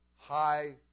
high